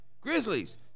Grizzlies